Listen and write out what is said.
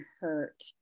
hurt